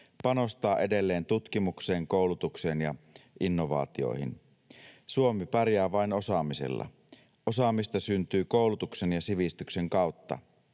panostaa edelleen tutkimukseen, koulutukseen ja innovaatioihin. Suomi pärjää vain osaamisella. Osaamista syntyy koulutuksen ja sivistyksen kautta.